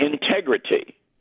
integrity